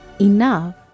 enough